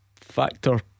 Factor